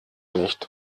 nicht